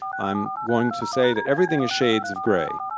i'm going to say that everything is shades of grey.